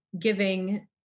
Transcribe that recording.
giving